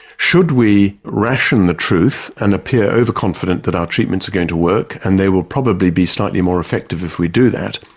should we ration the truth and appear overconfident that our treatments are going to work and they will probably be slightly more effective if we do that,